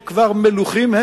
שכבר הם מלוחים,